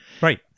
right